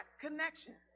connections